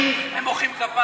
הם מוחאים כפיים,